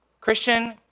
Christian